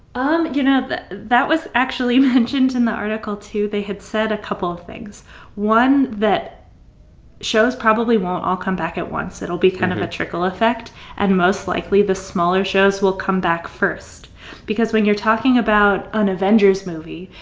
um you know, that was actually mentioned in the article, too. they had said a couple of things one, that shows probably won't all come back at once. it'll be kind of a trickle effect and most likely the smaller shows will come back first because when you're talking about an avengers movie,